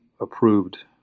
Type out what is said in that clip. approved